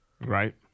Right